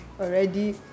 already